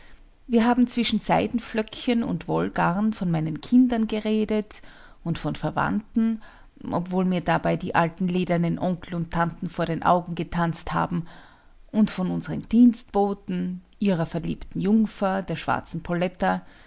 wir haben zwischen seidenflöckchen und wollgarn von meinen kindern geredet und von verwandten obwohl mir dabei die alten ledernen onkel und tanten vor den augen getanzt haben und von unseren dienstboten ihrer verliebten jungfer der schwarzen poletta